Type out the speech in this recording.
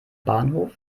bahnhof